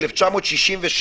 מ-1967,